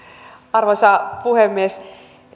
arvoisa puhemies